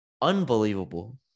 unbelievable